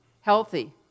healthy